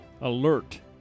alert